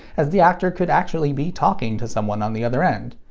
as the actor could actually be talking to someone on the other end.